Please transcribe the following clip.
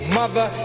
mother